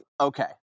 Okay